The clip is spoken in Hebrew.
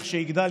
כשיגדל,